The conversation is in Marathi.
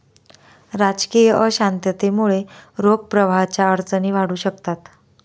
राजकीय अशांततेमुळे रोख प्रवाहाच्या अडचणी वाढू शकतात